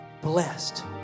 blessed